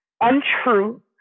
untrue